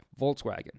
Volkswagen